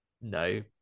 No